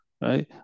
right